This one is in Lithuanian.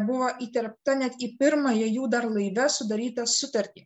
buvo įterpta net į pirmąją jų dar laive sudarytą sutartį